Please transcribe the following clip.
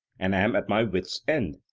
and am at my wits' end.